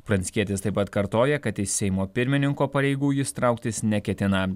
pranckietis taip pat kartoja kad iš seimo pirmininko pareigų jis trauktis neketina